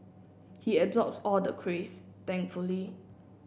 he absorbs all the craze thankfully